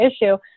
issue